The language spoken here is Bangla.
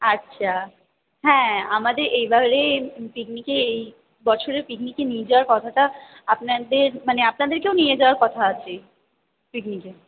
আচ্ছা হ্যাঁ আমাদের এবা পিকনিকে এই বছরের পিকনিকে নিয়ে যাওয়ার কথাটা আপনাদের মানে আপনাদেরকেও নিয়ে যাওয়ার কথা আছে পিকনিকে